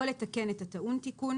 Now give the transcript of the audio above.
או לתקן את הטעון תיקון,